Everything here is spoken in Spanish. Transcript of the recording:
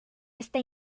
este